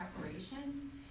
preparation